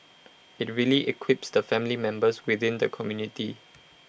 IT really equips the family members within the community